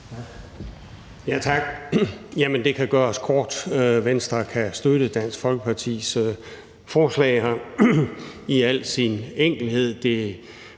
Tak.